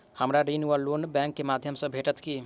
हमरा ऋण वा लोन बैंक केँ माध्यम सँ भेटत की?